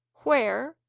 where,